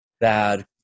bad